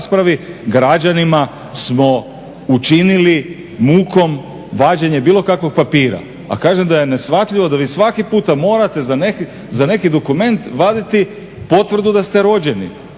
građanima smo učinili mukom vađenje bilo kakvog papira. A kažem da je neshvatljivo da vi svaki puta morate za neki dokument vaditi potvrdu da ste rođeni.